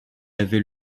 avait